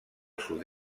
sud